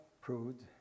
proved